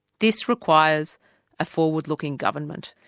this requires a forward-looking government,